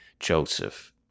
joseph